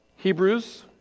Hebrews